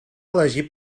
elegit